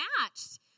matched